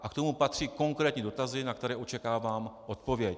A k tomu patří konkrétní dotazy, na které očekávám odpověď.